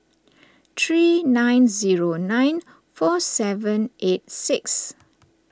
three nine zero nine four seven eight six